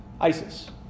ISIS